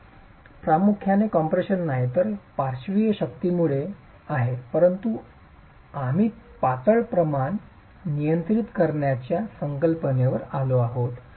ते प्रामुख्याने कॉम्प्रेशनमध्ये नाही तर पार्श्विक शक्तींमुळे आहे परंतु आम्ही पातळ प्रमाण नियंत्रित करण्याच्या संकल्पनेवर परत आलो आहोत